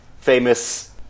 famous